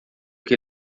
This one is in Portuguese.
que